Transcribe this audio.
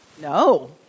No